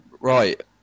Right